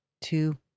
two